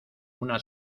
una